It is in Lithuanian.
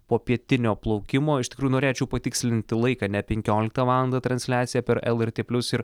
popietinio plaukimo iš tikrųjų norėčiau patikslinti laiką ne penkioliktą valandą transliacija per lrt plius ir